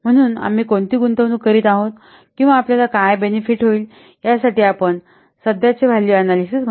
म्हणून आम्ही कोणती गुंतवणूक करीत आहोत किंवा आपल्याला काय बेनेफिट होईल यासाठी आपण सध्याचे व्हॅल्यू अनॅलिसिस केले पाहिजे